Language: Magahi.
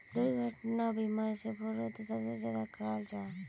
दुर्घटना बीमा सफ़रोत सबसे ज्यादा कराल जाहा